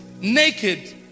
naked